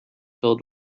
filled